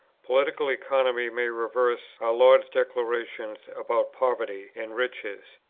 political economy may reverse our lord's declarations about poverty and riches,